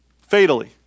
fatally